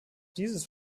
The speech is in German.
dieses